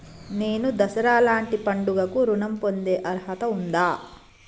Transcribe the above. నేను దసరా లాంటి పండుగ కు ఋణం పొందే అర్హత ఉందా?